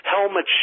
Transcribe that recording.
helmet